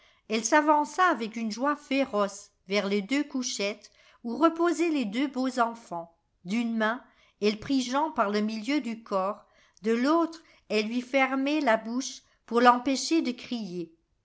elle s'avança avec une joie féroce vers les deux couchettes où reposaient les deux beaux enfants d'une main elle prit jean par le milieu du corps de l'autre elle lui fermait la i ouche pour l'empêcher de crier